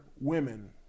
women